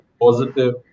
positive